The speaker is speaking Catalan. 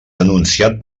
denunciat